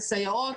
לסייעות.